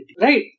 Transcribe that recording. right